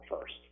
first